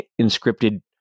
inscripted